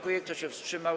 Kto się wstrzymał?